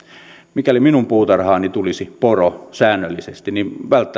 mikäli minun puutarhaani tulisi poro säännöllisesti niin